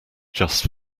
just